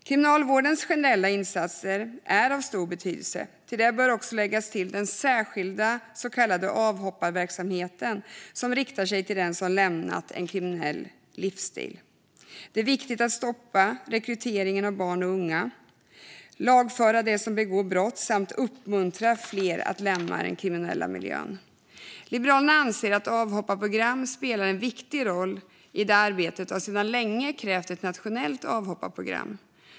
Kriminalvårdens generella insatser är av stor betydelse. Till det bör läggas den särskilda så kallade avhopparverksamheten, som riktar sig till den som vill lämna en kriminell livsstil. Det är viktigt att stoppa rekryteringen av barn och unga, att lagföra dem som begår brott samt att uppmuntra fler att lämna den kriminella miljön. Liberalerna anser att avhopparprogram spelar en viktig roll i det arbetet och har sedan länge krävt ett nationellt avhopparprogram.